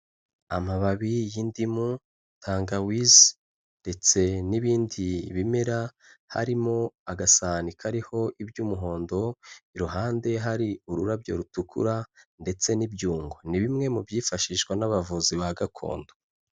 Amababi y'indimu, tangawiz ndetse n'ibindi bimera harimo agasani kariho iby'umuhondo, iruhande hari ururabyo rutukura ndetse n'ibyungo, ni bimwe mu byifashishwa n'abavuzi ba gakondo.